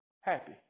Happy